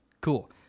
Cool